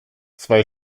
zwei